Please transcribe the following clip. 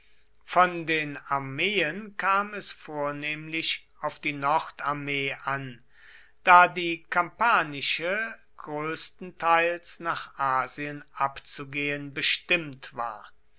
von den armeen kam es vornehmlich auf die nordarmee an da die kampanische größten teils nach asien abzugehen bestimmt war